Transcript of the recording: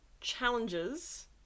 challenges